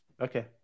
Okay